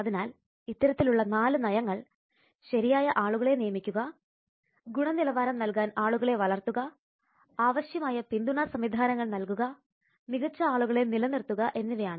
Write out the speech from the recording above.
അതിനാൽ ഇത്തരത്തിലുള്ള 4 നയങ്ങൾ ശരിയായ ആളുകളെ നിയമിക്കുക ഗുണനിലവാരം നൽകാൻ ആളുകളെ വളർത്തുക ആവശ്യമായ പിന്തുണ സംവിധാനങ്ങൾ നൽകുക മികച്ച ആളുകളെ നിലനിർത്തുക എന്നിവയാണ്